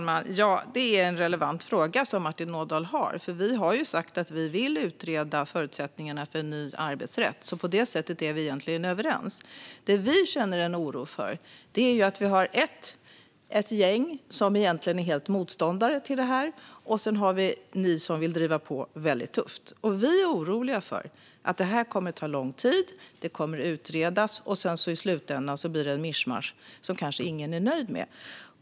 Fru talman ! Det är en relevant fråga som Martin Ådahl har. Vi har sagt att vi vill utreda förutsättningarna för en ny arbetsrätt. På det sättet är vi egentligen överens. Det vi känner en oro för är att vi har ett gäng som egentligen är helt motståndare till det, och sedan har vi er som vill driva på väldigt tufft. Vi är oroliga för att det kommer att ta lång tid. Det kommer att utredas, och i slutändan blir det ett mischmasch som kanske ingen är nöjd med.